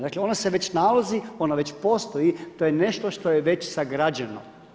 Dakle ona se već nalazi, ona već postoji, to je nešto što je već sagrađeno.